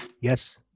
yes